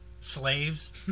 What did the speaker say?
slaves